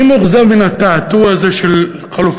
אני מאוכזב מן התעתוע הזה של חלופות,